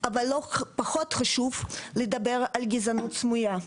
אבל לא פחות חשוב לדבר על גזענות סמויה,